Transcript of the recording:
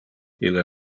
ille